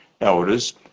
elders